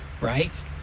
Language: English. right